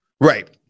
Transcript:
Right